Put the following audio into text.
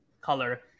color